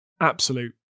absolute